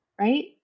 right